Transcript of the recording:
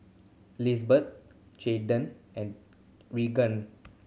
Lisbeth Jaydan and Regenia